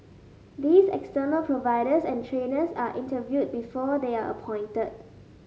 these external providers and trainers are interviewed before they are appointed